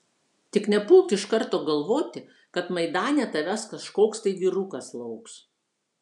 tik nepulk iš karto galvoti kad maidane tavęs kažkoks tai vyrukas lauks